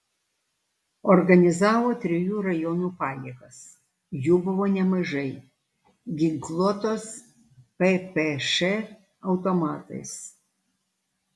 organizavo trijų rajonų pajėgas jų buvo nemažai ginkluotos ppš automatais